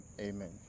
amen